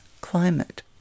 climate